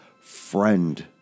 friend